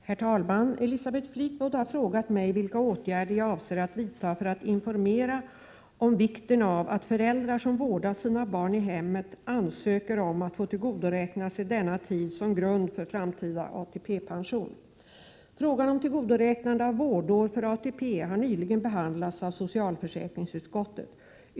Herr talman! Elisabeth Fleetwood har frågat mig vilka åtgärder jag avser att vidta för att informera om vikten av att föräldrar som vårdar sina barn i hemmet ansöker om att få tillgodoräkna sig denna tid som grund för framtida ATP-pension. Frågan om tillgodoräknande av vårdår för ATP har nyligen behandlats av socialförsäkringsutskottet.